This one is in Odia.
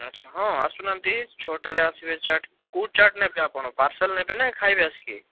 ଆଚ୍ଛା ହଁ ଆସୁନାହାନ୍ତି ଛଅଟାରେ ଆସିବେ ଚାଟ୍ କୋଉ ଚାଟ୍ ନେବେ ଆପଣ ପାର୍ସଲ୍ ନେବେ ନା ଖାଇବେ ଆସିକି